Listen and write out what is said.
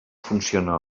funciona